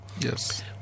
Yes